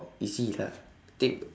easy lah take